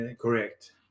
correct